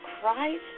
Christ